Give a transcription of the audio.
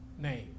name